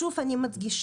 שוב אני מדגישה,